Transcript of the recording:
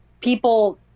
people